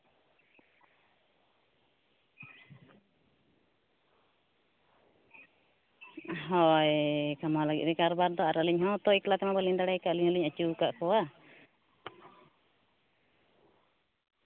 ᱦᱳᱭ ᱠᱟᱢᱟᱣ ᱞᱟᱹᱜᱤᱫ ᱞᱤᱧ ᱠᱟᱨᱵᱟᱨ ᱫᱟ ᱟᱨ ᱟᱹᱞᱤᱧ ᱦᱚᱸ ᱛᱚ ᱮᱠᱞᱟ ᱛᱮᱢᱟ ᱵᱟᱹᱞᱤᱧ ᱫᱟᱲᱮ ᱠᱟᱜ ᱟᱹᱞᱤᱧ ᱦᱚᱞᱤᱧ ᱟᱹᱪᱩᱣ ᱠᱟᱜ ᱠᱚᱣᱟ